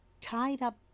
tied-up